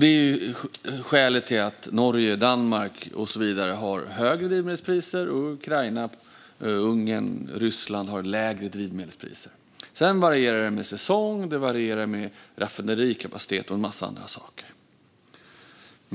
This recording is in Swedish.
Det är skälet till att Norge, Danmark och så vidare har högre drivmedelspriser och Ukraina, Ungern och Ryssland har lägre drivmedelspriser. Sedan varierar priserna med säsong, raffinaderikapacitet och en massa andra saker.